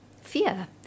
fear